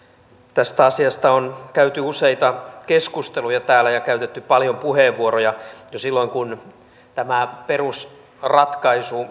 tästä asiasta on käyty useita keskusteluja täällä ja käytetty paljon puheenvuoroja jo silloin kun tämä perusratkaisu